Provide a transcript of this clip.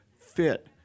fit